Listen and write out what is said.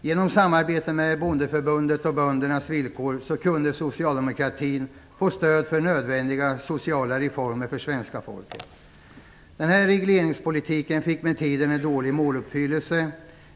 Genom samarbete med Bondeförbundet om böndernas villkor kunde socialdemokratin få stöd för nödvändiga sociala reformer för svenska folket. Regleringspolitiken fick med tiden en dålig måluppfyllelse.